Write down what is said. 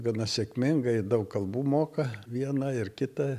gana sėkmingai daug kalbų moka vieną ir kitą